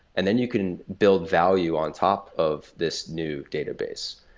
and then you can build value on top of this new database.